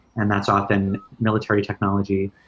and that's often military technology,